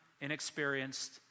inexperienced